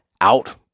out